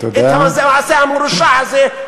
את המעשה המרושע הזה,